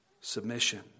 submission